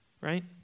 right